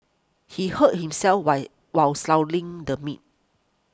he hurt himself while while the meat